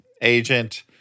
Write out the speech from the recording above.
agent